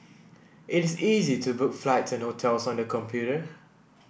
it is easy to book flights and hotels on the computer